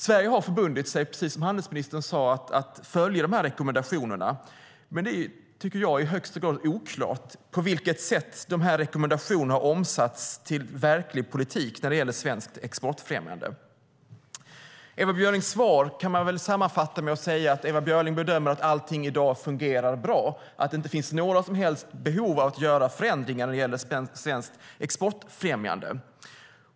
Precis som handelsministern sade har Sverige förbundit sig att följa de här rekommendationerna, men jag tycker att det är i högsta grad oklart på vilket sätt de här rekommendationerna har omsatts till verklig politik när det gäller svenskt exportfrämjande. Man kan sammanfatta Ewa Björlings svar genom att säga att Ewa Björling bedömer att allting fungerar bra i dag och att det inte finns några som helst behov av att göra förändringar när det gäller svenskt exportfrämjande.